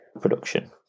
production